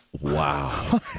Wow